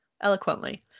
Eloquently